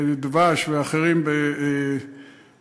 דבש ואחרים במושבים,